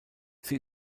sie